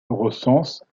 recense